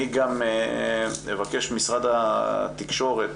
אני אבקש ממשרד התקשורת